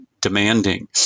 demanding